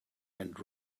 and